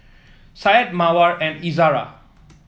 Said Mawar and Izzara